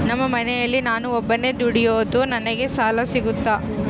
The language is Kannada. ನಮ್ಮ ಮನೆಯಲ್ಲಿ ನಾನು ಒಬ್ಬನೇ ದುಡಿಯೋದು ನನಗೆ ಸಾಲ ಸಿಗುತ್ತಾ?